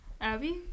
Abby